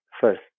first